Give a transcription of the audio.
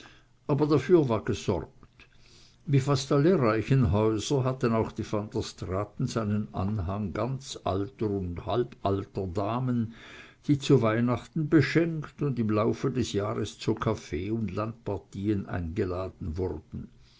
aber dafür war gesorgt wie fast alle reichen häuser hatten auch die van der straatens einen anhang ganz alter und halb alter damen die zu weihnachten beschenkt und im laufe des jahres zu kaffees und landpartien eingeladen wurden